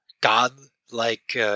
god-like